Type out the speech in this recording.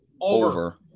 Over